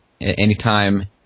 anytime